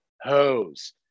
hose